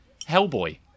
Hellboy